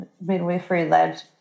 midwifery-led